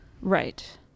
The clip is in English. Right